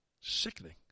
sickening